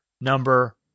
number